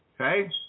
Okay